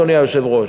אדוני היושב-ראש.